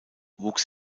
wuchs